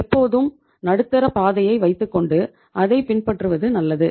எப்போதும் நடுத்தர பாதையை வைத்துக்கொண்டு அதை பின்பற்றுவது நல்லது